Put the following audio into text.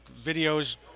videos